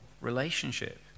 relationship